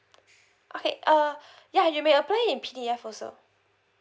okay uh yeah you may apply in P_D_F also